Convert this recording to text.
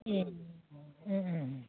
ए उम उम